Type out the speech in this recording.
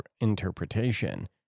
interpretation